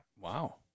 wow